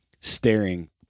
staring